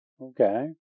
okay